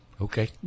Okay